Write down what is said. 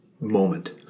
moment